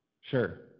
Sure